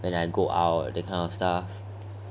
when I go out that kind of stuff